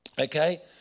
Okay